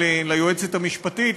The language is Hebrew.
ליועצת המשפטית,